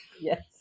Yes